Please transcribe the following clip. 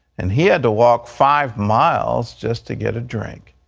and he had to walk five miles just to get a drink.